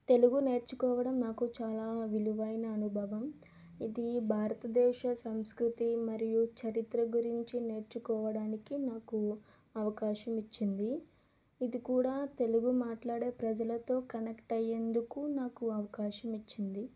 తెలుగు నేర్చుకోవడం నాకు చాలా విలువైన అనుభవం ఇది భారతదేశ సంస్కృతి మరియు చరిత్ర గురించి నేర్చుకోవడానికి నాకు అవకాశం ఇచ్చింది ఇది కూడా తెలుగు మాట్లాడే ప్రజలతో కనెక్ట్ అయ్యేందుకు నాకు అవకాశం ఇచ్చింది